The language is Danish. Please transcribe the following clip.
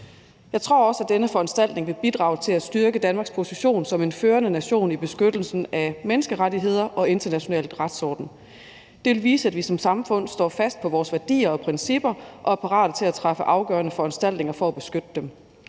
Jeg tror også, at denne foranstaltning vil bidrage til at styrke Danmarks position som en førende nation i beskyttelsen af menneskerettigheder og international retsorden. Det vil vise, at vi som samfund står fast på vores værdier og principper og er parate til at træffe afgørende foranstaltninger for at beskytte dem.